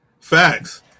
Facts